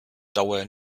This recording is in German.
dauer